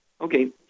Okay